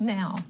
now